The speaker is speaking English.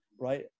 right